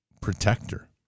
protector